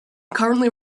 currently